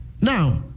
Now